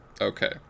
okay